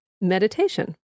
meditation